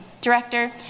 director